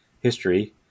history